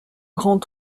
grand